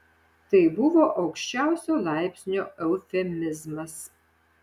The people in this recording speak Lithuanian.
tai buvo aukščiausio laipsnio eufemizmas